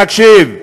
תקשיב,